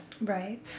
right